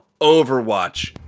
Overwatch